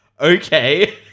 Okay